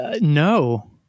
no